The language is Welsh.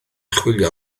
chwilio